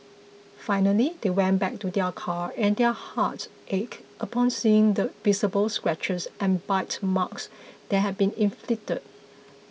finally they went back to their car and their hearts ached upon seeing the visible scratches and bite marks that had been inflicted